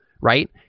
right